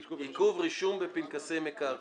עיכוב רישום בפנקסי מקרקעין.